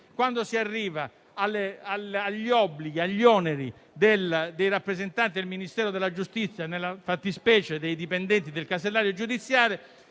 quando si arriva agli oneri dei rappresentanti del Ministero della giustizia (nella fattispecie, i dipendenti del casellario giudiziario)